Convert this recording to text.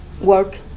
work